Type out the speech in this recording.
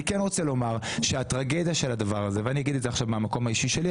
אני אגיד עכשיו משהו מהמקום האישי שלי,